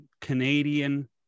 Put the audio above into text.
Canadian